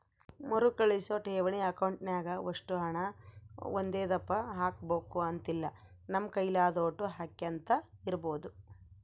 ಮರುಕಳಿಸೋ ಠೇವಣಿ ಅಕೌಂಟ್ನಾಗ ಒಷ್ಟು ಹಣ ಒಂದೇದಪ್ಪ ಹಾಕ್ಬಕು ಅಂತಿಲ್ಲ, ನಮ್ ಕೈಲಾದೋಟು ಹಾಕ್ಯಂತ ಇರ್ಬೋದು